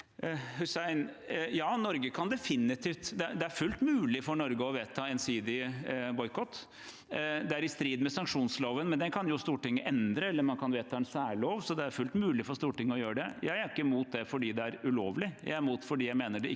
Det er fullt mulig for Norge å vedta en ensidig boikott. Det er i strid med sanksjonsloven, men den kan jo Stortinget endre, eller man kan vedta en særlov, så det er fullt mulig for Stortinget å gjøre dette. Jeg er ikke imot det fordi det er ulovlig, jeg er imot fordi jeg mener det ikke